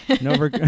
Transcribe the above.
No